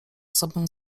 sobą